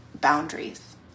boundaries